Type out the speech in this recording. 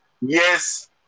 yes